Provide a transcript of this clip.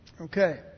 Okay